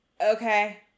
okay